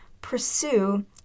pursue